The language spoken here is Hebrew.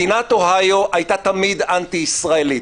מדינת אוהיו הייתה תמיד אנטי ישראלית